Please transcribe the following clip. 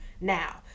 now